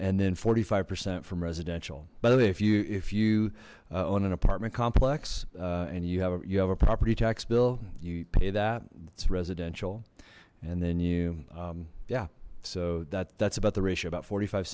and then forty five percent from residential by the way if you if you own an apartment complex and you have you have a property tax bill you pay that it's residential and then you yeah so that that's about the ratio about forty five